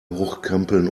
hochkrempeln